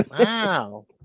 Wow